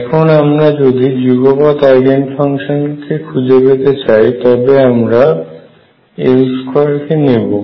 এখন আমরা যদি যুগপৎ আইগেন ফাংশন কে খুঁজে পেতে চাই তবে আমরা L2 কে নেব